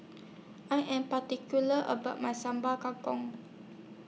I Am particular about My Sambal Kangkong